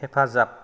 हेफाजाब